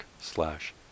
slash